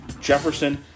Jefferson